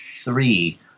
three